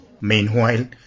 Meanwhile